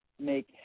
make